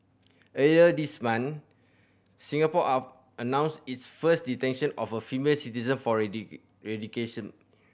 earlier this month Singapore are announced its first detention of a female citizen for